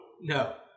No